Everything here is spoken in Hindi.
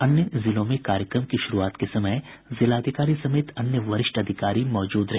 अन्य जिलों में कार्यक्रम की शुरूआत के समय जिलाधिकारी समेत अन्य वरिष्ठ अधिकारी मौजूद रहे